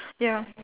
ya